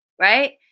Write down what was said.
Right